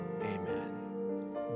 Amen